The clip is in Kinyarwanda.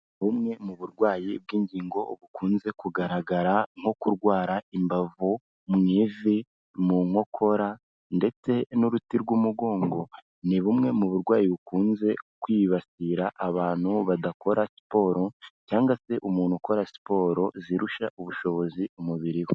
Bumwe mu burwayi bw'ingingo bukunze kugaragara, nko kurwara imbavu, mu ivi, mu nkokora ndetse n'uruti rw'umugongo. Ni bumwe mu burwayi bukunze kwibasira abantu badakora siporo cyangwa se umuntu ukora siporo zirusha ubushobozi umubiri we.